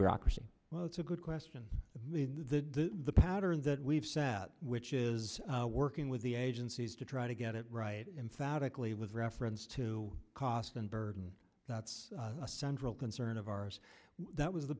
bureaucracy well it's a good question but the pattern that we've set out which is working with the agencies to try to get it right emphatically with reference to cost and burden that's a central concern of ours that was the